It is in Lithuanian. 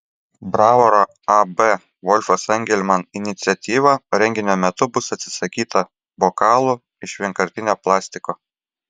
bravoro ab volfas engelman iniciatyva renginio metu bus atsisakyta bokalų iš vienkartinio plastiko